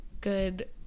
good